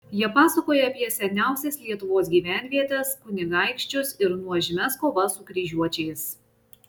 jie pasakoja apie seniausias lietuvos gyvenvietes kunigaikščius ir nuožmias kovas su kryžiuočiais